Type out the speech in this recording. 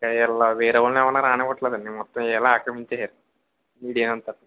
వీళ్ళు వేరే వాళ్ళని ఎవరిని రానివ్వట్లేదండి మొత్తం ఈళ్లే ఆక్రమించారు మీడియా అంతా